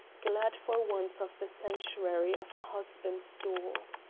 glad for once of the sanctuary of a husband's door.